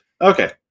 Okay